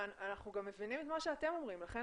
אנחנו גם מבינים את מה שאתם אומרים ולכן